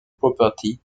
property